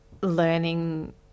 learning